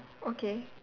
okay